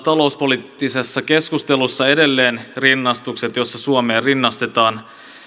talouspoliittisessa keskustelussa edelleen rinnastukset joissa suomea rinnastetaan